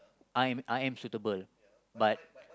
I'm I am suitable but